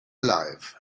alive